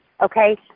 Okay